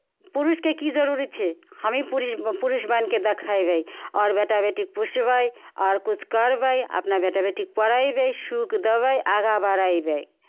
पुरुषकेँ की जरूरी छै हमहीँ पुरुष पुरुष बनि कऽ देखयबै आओर बेटा बेटीके पोसबै आओर किछु करबै अपना बेटा बेटीकेँ पढ़यबै सुख देबै आगाँ बढ़यबै